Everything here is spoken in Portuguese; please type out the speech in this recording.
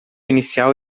inicial